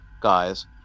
guys